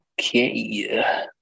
Okay